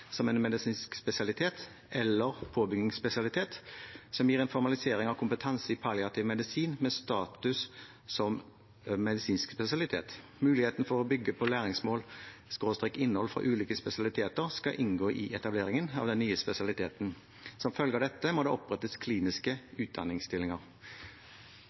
som en medisinsk spesialitet, eller påbyggingsspesialitet som gir en formalisering av kompetanse i palliativ medisin med status som medisinsk spesialitet. Muligheten for å bygge på læringsmål/innhold fra ulike spesialiteter skal inngå i etableringen av den nye spesialiteten. Som følge av dette må det opprettes